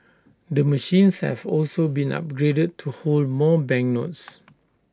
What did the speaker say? the machines have also been upgraded to hold more banknotes